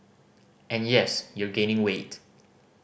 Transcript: and yes you're gaining weight